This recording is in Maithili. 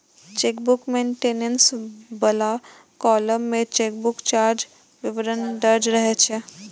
चेकबुक मेंटेनेंस बला कॉलम मे चेकबुक चार्जक विवरण दर्ज रहै छै